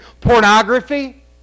pornography